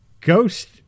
ghost